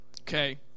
Okay